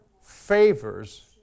favors